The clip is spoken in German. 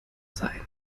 sein